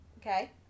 Okay